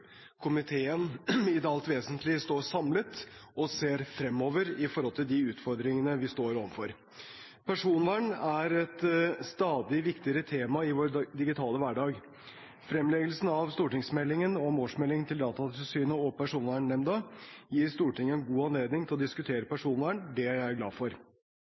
komiteen i det alt vesentlige står samlet og ser fremover når det gjelder de utfordringene vi står overfor. Personvern er et stadig viktigere tema i vår digitale hverdag. Fremleggelsen av stortingsmeldingen om årsmeldingene til Datatilsynet og Personvernnemnda gir Stortinget en god anledning til å diskutere personvern. Det er jeg glad for.